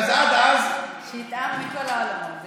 שיטעם מכל העולמות.